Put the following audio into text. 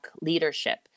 leadership